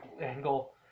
angle